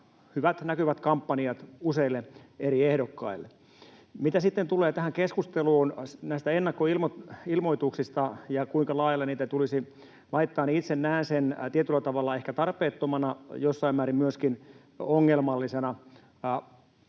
hyvät, näkyvät kampanjat useille eri ehdokkaille. Mitä sitten tulee tähän keskusteluun näistä ennakkoilmoituksista ja siitä, kuinka laajalle niitä tulisi laittaa, niin itse näen sen tietyllä tavalla ehkä tarpeettomana, jossain määrin myöskin ongelmallisena.